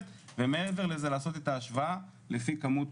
ומעבר לזה לעשות את ההשוואה לפי כמות